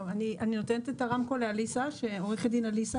אני נותנת את הרמקול לעורכת דין עליסה